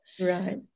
right